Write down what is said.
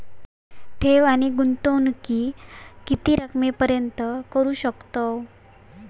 ठेव आणि गुंतवणूकी किती रकमेपर्यंत करू शकतव?